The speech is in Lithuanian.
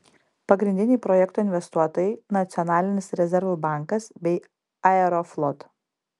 pagrindiniai projekto investuotojai nacionalinis rezervų bankas bei aeroflot